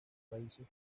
raíces